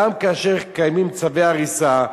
גם כאשר קיימים צווי הריסה,